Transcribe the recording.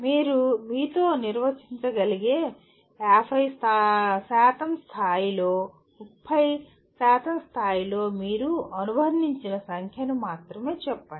మీరు మీతో నిర్వచించగలిగే 50 స్థాయిలో 30 స్థాయిలో మీరు అనుబంధించిన సంఖ్యను మాత్రమే చెప్పండి